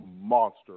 Monster